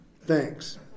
Thanks